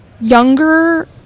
younger